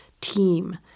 team